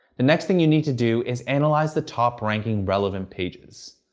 the next thing you need to do is analyze the top-ranking relevant pages.